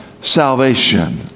salvation